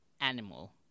animal